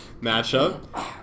matchup